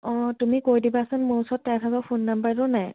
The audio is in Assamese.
অঁ তুমি কৈ দিবাচোন মোৰ ওচৰত তাইৰ ভাগৰ ফোন নম্বৰটো নাই